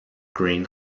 green